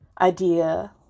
idea